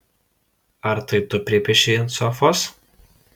ar tai tu pripiešei ant sofos